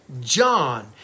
John